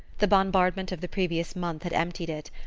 the bombardment of the previous month had emptied it,